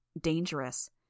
Dangerous